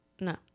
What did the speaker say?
No